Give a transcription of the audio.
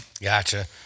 gotcha